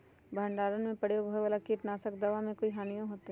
भंडारण में प्रयोग होए वाला किट नाशक दवा से कोई हानियों होतै?